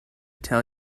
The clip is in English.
tell